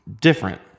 different